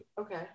okay